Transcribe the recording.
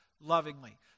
lovingly